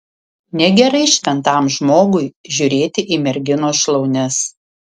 negerai šventam žmogui žiūrėti į merginos šlaunis